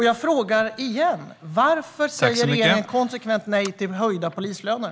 Jag frågar igen: Varför säger regeringen konsekvent nej till höjda polislöner?